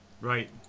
Right